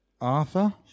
Arthur